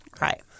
Right